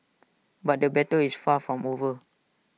but the battle is far from over